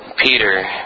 Peter